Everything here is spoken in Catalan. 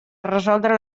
resoldre